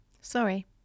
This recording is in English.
Sorry